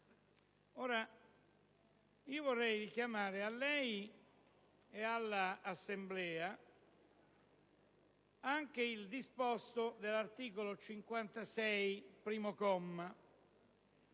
Vorrei richiamare a lei e all'Assemblea anche il disposto dell'articolo 56, comma